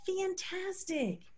fantastic